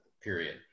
period